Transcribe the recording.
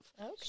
Okay